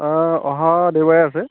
অঁ অহা দেওবাৰে আছে